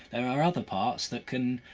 there are other parts that can.